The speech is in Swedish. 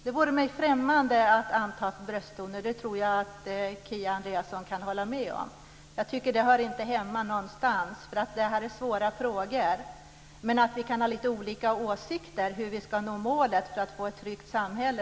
Det vore mig främmande att använda brösttoner. Det tror jag att Kia Andreasson kan hålla med om. Jag tycker inte att det hör hemma någonstans. Det här är svåra frågor. Men däremot kan vi ha lite olika åsikter om hur vi ska nå målet att få ett tryggt samhälle.